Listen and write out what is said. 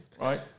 right